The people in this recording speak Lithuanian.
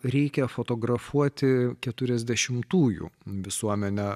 reikia fotografuoti keturiasdešimtųjų visuomenę